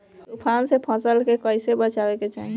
तुफान से फसल के कइसे बचावे के चाहीं?